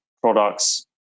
products